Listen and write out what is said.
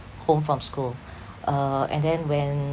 home from school uh and then when